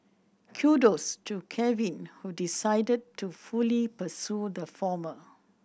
Kudos to Kevin who decided to fully pursue the former